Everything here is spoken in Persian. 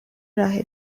راه